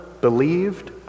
believed